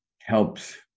helps